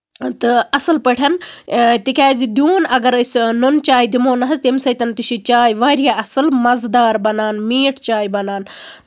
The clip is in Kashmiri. تہٕ اَصٕل پٲٹھۍ تِکیازِ دیوٗن اَگر أسۍ نُن چایہِ دِمَو نہ حظ تَمہِ سۭتۍ تہِ چھِ چاے واریاہ اَصٕل مَزٕ دار بَنان مِیٖٹھ چاے بَنان